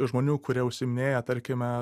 žmonių kurie užsiiminėja tarkime